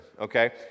okay